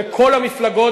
לכל המפלגות,